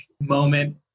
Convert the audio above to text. moment